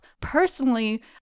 personally